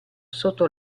sotto